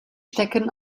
stecken